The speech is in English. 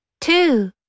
two